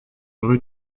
rue